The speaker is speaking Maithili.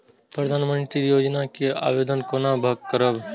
प्रधानमंत्री योजना के आवेदन कोना करब?